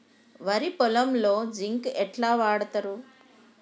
వరి పొలంలో జింక్ ఎట్లా వాడుతరు?